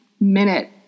minute